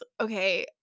okay